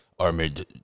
Armored